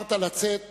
בחרת לצאת